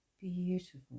Beautiful